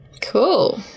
Cool